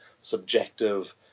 subjective